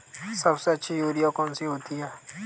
सबसे अच्छी यूरिया कौन सी होती है?